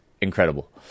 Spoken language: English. incredible